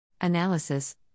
Analysis